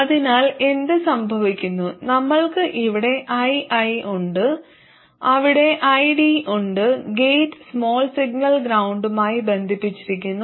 അതിനാൽ എന്ത് സംഭവിക്കുന്നു നമ്മൾക്ക് ഇവിടെ ii ഉണ്ട് അവിടെ id ഉണ്ട് ഗേറ്റ് സ്മാൾ സിഗ്നൽ ഗ്രൌണ്ടുമായി ബന്ധിപ്പിച്ചിരിക്കുന്നു